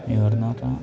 new Year എന്നു പറഞ്ഞാൽ